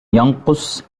ينقص